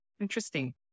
Interesting